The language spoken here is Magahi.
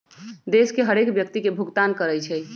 देश के हरेक व्यक्ति के भुगतान करइ छइ